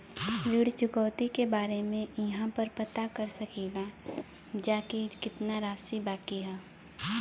ऋण चुकौती के बारे इहाँ पर पता कर सकीला जा कि कितना राशि बाकी हैं?